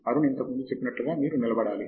అరుణ్ ఇంతకు ముందు చెప్పినట్లుగా మీరు నిలబడాలి